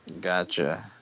Gotcha